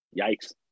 yikes